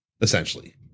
essentially